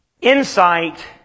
insight